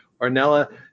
Arnella